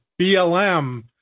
BLM